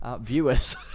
viewers